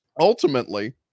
ultimately